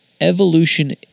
evolution